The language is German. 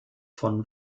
von